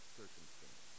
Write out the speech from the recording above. circumstance